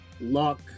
luck